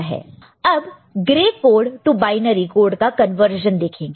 अब grey code to binary code का conversion देखेंगे